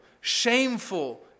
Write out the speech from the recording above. shameful